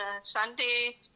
Sunday